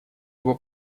его